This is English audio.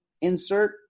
insert